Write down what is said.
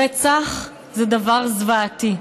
רצח זה דבר זוועתי.